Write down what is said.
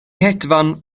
hedfan